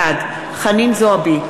בעד חנין זועבי,